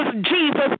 Jesus